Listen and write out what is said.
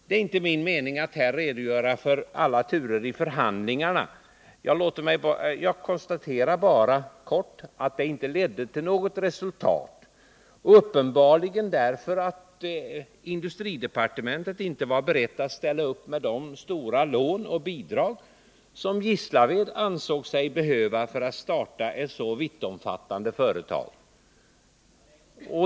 Det är inte min mening att här redogöra för alla turer i förhandlingarna, men låt mig helt kort konstatera att det inte ledde till något resultat, uppenbarligen därför att industridepartementet inte var berett att ställa upp med de stora lån och bidrag som Gislaved ansåg sig behöva för att starta ett så vittomfattande företag.